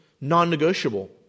non-negotiable